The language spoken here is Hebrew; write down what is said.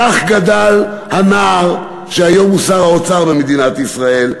כך גדל הנער שהיום הוא שר האוצר במדינת ישראל.